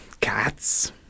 Cats